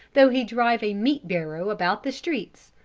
though he drive a meat-barrow about the streets,